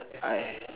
I